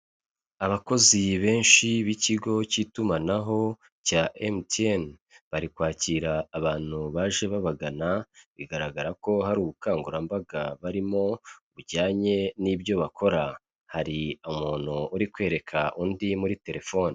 Abakozi benshi b'ikigo cy'itumanaho cya emutiyene bari kwakira abantu baje babagana bigaragara ko hari ubukangurambaga barimo bujyanye n'ibyo bakora, hari umuntu uri kwereka undi muri telefoni.